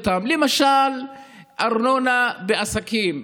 למשל ארנונה לעסקים.